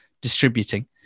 distributing